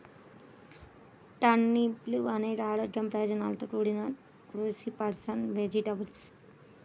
టర్నిప్లు అనేక ఆరోగ్య ప్రయోజనాలతో కూడిన క్రూసిఫరస్ వెజిటేబుల్